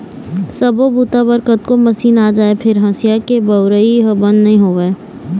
सब्बो बूता बर कतको मसीन आ जाए फेर हँसिया के बउरइ ह बंद नइ होवय